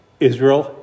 Israel